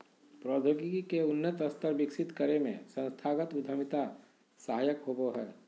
प्रौद्योगिकी के उन्नत स्तर विकसित करे में संस्थागत उद्यमिता सहायक होबो हय